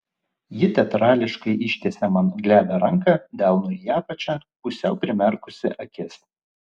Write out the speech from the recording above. ji teatrališkai ištiesė man glebią ranką delnu į apačią pusiau primerkusi akis